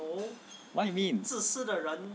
what you mean